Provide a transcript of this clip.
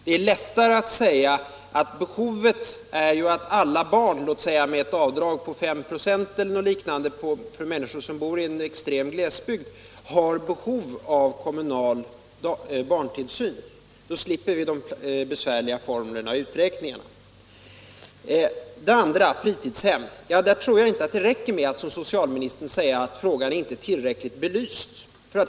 Det är enklare att säga att alla barn, låt oss säga med ett avdrag på 5 96 eller något liknande för människor som bor i en extrem glesbygd, har behov av kommunal barntillsyn. Då slipper vi de besvärliga formlerna och uträkningarna. När det gäller frågan om fritidshem tror jag inte att det räcker med att som socialministern säga att frågan inte är tillräckligt belyst.